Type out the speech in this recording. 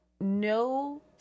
no